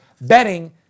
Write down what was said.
betting